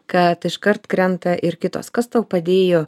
kad iškart krenta ir kitos kas tau padėjo